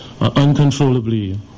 uncontrollably